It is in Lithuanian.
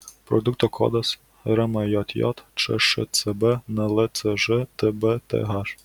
produkto kodas rmjj čšcb nlcž tbth